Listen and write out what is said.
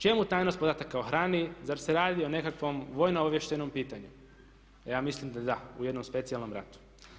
Čemu tajnost podataka o hrani zar se radi o nekakvom vojno obavještajnom pitanju, ja mislim da da, u jednom specijalnom ratu.